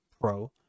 pro